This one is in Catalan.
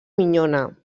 minyona